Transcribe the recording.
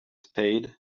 spade